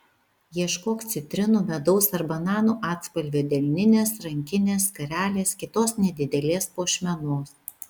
ieškok citrinų medaus ar bananų atspalvio delninės rankinės skarelės kitos nedidelės puošmenos